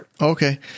Okay